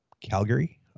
Calgary